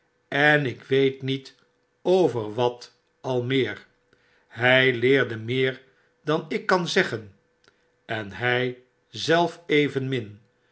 en ik weet niet over wat al meer hy leerde meer dan ik kan zeggen en hy zelf